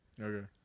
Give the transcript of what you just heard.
Okay